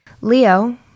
Leo